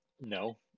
no